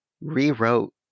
rewrote